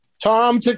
Tom